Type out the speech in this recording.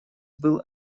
был